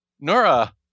Nora